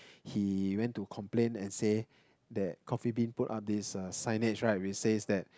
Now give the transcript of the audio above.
he went to complain and say that Coffee-Bean put up this uh signage right which says that